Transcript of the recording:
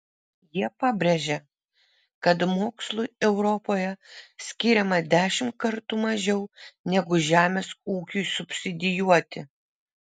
jie pabrėžia kad mokslui europoje skiriama dešimt kartų mažiau negu žemės ūkiui subsidijuoti